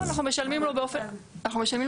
לא, אנחנו משלמים לו באופן פרטי.